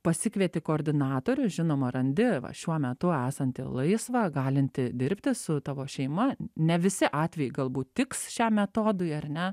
pasikvieti koordinatorių žinoma randi va šiuo metu esantį laisvą galintį dirbti su tavo šeima ne visi atvejai galbūt tiks šiam metodui ar ne